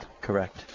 Correct